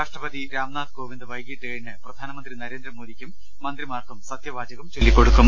രാഷ്ട്രപതി രാംനാഥ് കോവിന്ദ് വൈകീട്ട് ഏഴിന് പ്രധാനമന്ത്രി നരേന്ദ്രമോ ദിക്കും മന്ത്രിമാർക്കും സത്യവാചകം ചൊല്ലിക്കൊടുക്കും